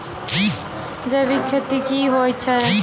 जैविक खेती की होय छै?